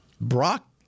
Brock